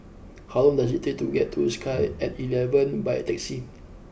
how long does it take to get to Sky at eleven by taxi